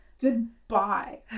Goodbye